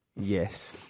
Yes